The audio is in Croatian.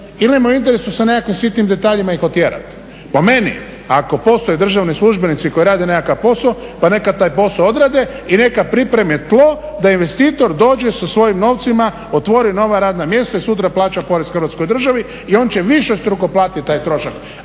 nam je u interesu sa nekakvim sitnim detaljima ih otjerati. Po meni ako postoje državni službenici koji rade nekakav posao pa neka taj posao odrade i neka pripreme tlo da investitor dođe sa svojim novcima, otvori nova radna mjesta i sutra plaća porez Hrvatskoj državi. I on će višestruko platiti taj trošak.